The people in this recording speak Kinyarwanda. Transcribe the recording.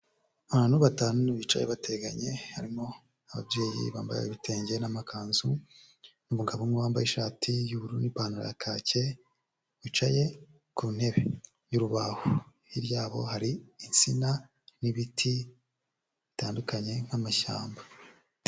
Abantu batanu bicaye bateganye harimo ababyeyi bambaye ibitenge n'amakanzu n'umugabo umwe wambaye ishati y'ubururu n'ipantaro ya kake, bicaye ku ntebe y'urubaho hirya yabo hari insina n'ibiti bitandukanye nk'amashyamba.